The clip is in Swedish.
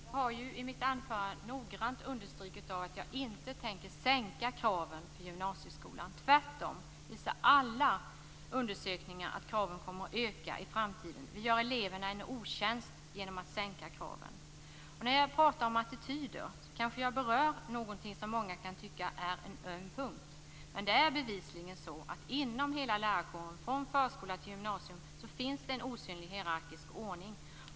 Herr talman! Jag har i mitt anförande noggrant understrukit att jag inte tänker sänka kraven i gymnasieskolan. Tvärtom visar alla undersökningar att kraven kommer att öka i framtiden. Vi gör eleverna en otjänst genom att sänka kraven. När jag pratar om attityder kanske jag berör någonting som många kan tycka är en öm punkt. Men det är bevisligen så att inom hela lärarkåren, från förskola till gymnasium, finns det en osynlig hierarkisk ordning.